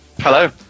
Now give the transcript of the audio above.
Hello